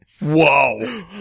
Whoa